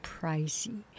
pricey